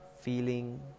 feeling